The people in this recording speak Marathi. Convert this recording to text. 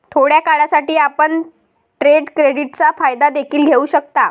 थोड्या काळासाठी, आपण ट्रेड क्रेडिटचा फायदा देखील घेऊ शकता